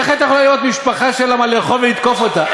איך אתה יכול לראות משפחה שאין לה מה לאכול ולתקוף אותה?